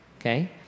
Okay